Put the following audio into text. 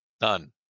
None